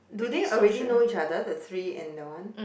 do they already know each other the three and the one